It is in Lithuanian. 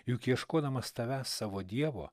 juk ieškodamas tavęs savo dievo